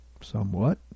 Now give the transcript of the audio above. Somewhat